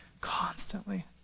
constantly